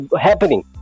happening